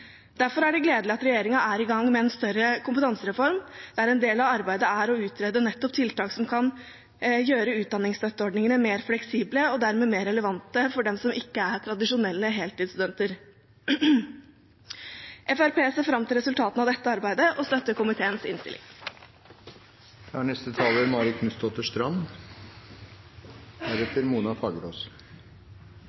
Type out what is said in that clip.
Derfor er det gledelig at regjeringen er i gang med en større kompetansereform der en del av arbeidet er å utrede nettopp tiltak som kan gjøre utdanningsstøtteordningene mer fleksible og dermed mer relevant for dem som ikke er tradisjonelle heltidsstudenter. Fremskrittspartiet ser fram til resultatene av dette arbeidet og støtter komiteens innstilling.